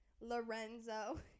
Lorenzo